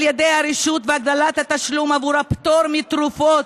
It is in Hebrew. ידי הרשות והגדלת התשלום עבור הפטור בתרופות,